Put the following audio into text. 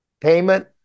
payment